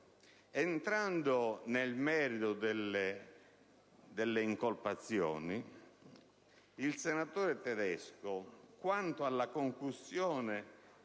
Entrando nel merito delle incolpazioni, il senatore Tedesco, quanto alla concussione,